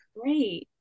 Great